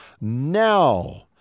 now